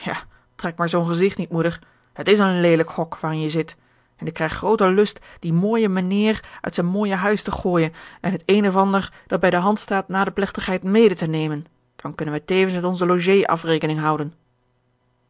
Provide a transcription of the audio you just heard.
trek maar zoo'n gezigt niet moeder het is een leelijk hok waarin je zit en ik krijg grooten lust dien mooijen meheer uit zijn mooije huis te gooijen en het een of ander dat bij de hand staat na de plegtigheid mede te nemen dan kunnen wij tevens met onzen logé afrekening houden